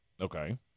Okay